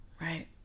right